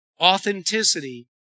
Authenticity